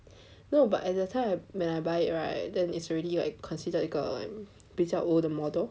no but at that time when I buy it right then it's already like it's already considered 一个比较 old 的 model